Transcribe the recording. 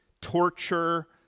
torture